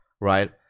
right